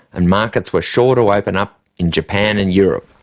and markets were sure to open up in japan and europe.